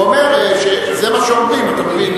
הוא אומר שזה מה שאומרים, אתה מבין?